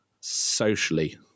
socially